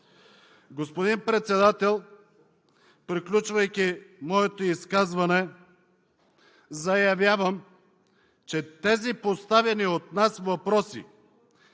Господин Председател, приключвайки моето изказване, заявявам, че тези поставени от нас въпроси: